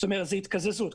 זו התקזזות.